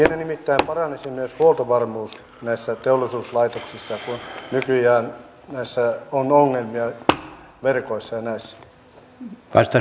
näissä teollisuuslaitoksissa nimittäin paranisi myös huoltovarmuus kun nykyään näissä on ongelmia verkoissa ja näissä